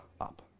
up